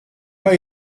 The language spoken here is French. pas